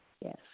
Yes